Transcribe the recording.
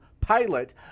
pilot